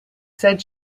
said